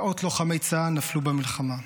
מאות לוחמי צהל נפלו במלחמה,